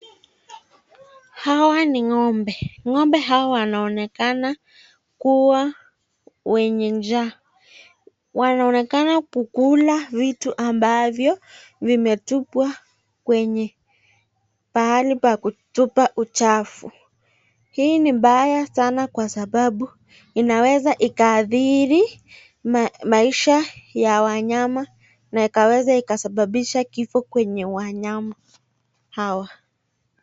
Hawa ni ng'ombe. Ng'ombe hawa wanaonekana kuwa wenye njaa. Wanaonekana kukula vitu ambavyo vimetupwa kwenye pahali pa kutupa uchafu. Hii ni mbaya sana kwa sababu inaweza ikaathiri maisha ya wanyama na ikaweza ikasababisha kifo kwenye wanyama hawa.